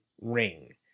ring